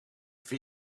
for